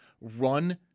run